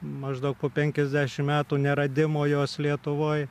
maždaug po penkiasdešimt metų neradimo jos lietuvoj